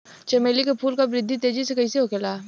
चमेली क फूल क वृद्धि तेजी से कईसे होखेला?